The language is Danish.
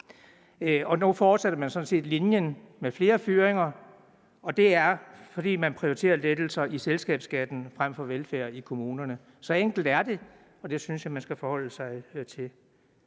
nu fortsætter man sådan set linjen med flere fyringer. Det er, fordi man prioriterer lettelser i selskabsskatten frem for velfærd i kommunerne. Så enkelt er det, og det synes jeg man skal forholde sig til.